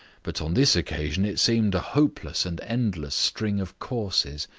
but on this occasion it seemed a hopeless and endless string of courses.